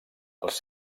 els